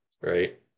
right